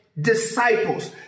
disciples